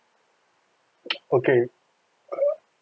okay